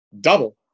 double